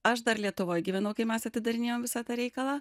aš dar lietuvoj gyvenau kai mes atidarinėjom visą tą reikalą